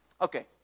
Okay